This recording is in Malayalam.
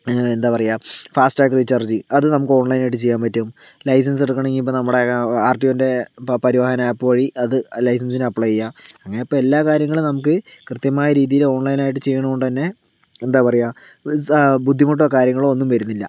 എന്താ പറയുക ഫാസ്റ്റാഗ് റീചാർജ് അത് നമുക്ക് ഓൺലൈൻ ആയിട്ട് ചെയ്യാൻ പറ്റും ലൈസെൻസ് എടുക്കണമെങ്കിൽ ഇപ്പോൾ നമ്മുടെ ആർടിഓൻ്റെ പരിവാഹൻ ആപ്പ് വഴി അത് ലൈസെൻസിന് അപ്ലൈ ചെയ്യാം അങ്ങനെ ഇപ്പോൾ എല്ലാ കാര്യങ്ങളും നമുക്ക് കൃത്യമായ രീതിയിൽ ഓൺലൈൻ ആയിട്ട് ചെയ്യണ കൊണ്ട് തന്നെ എന്താ പറയുക ബുദ്ധിമുട്ടോ കാര്യങ്ങളോ ഒന്നും വരുന്നില്ല